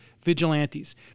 vigilantes